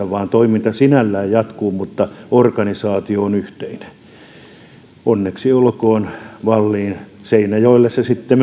vaan toiminta sinällään jatkuu mutta organisaatio on yhteinen onneksi olkoon wallin seinäjoelle se sitten